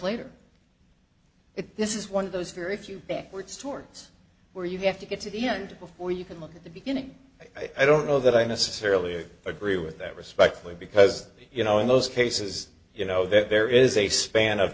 later it's this is one of those very few backwards towards where you have to get to the end before you can look at the beginning i don't know that i necessarily agree with that respectfully because you know in those cases you know that there is a span of